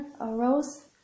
arose